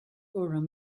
urim